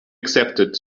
accepted